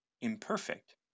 imperfect